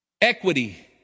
Equity